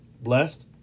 Blessed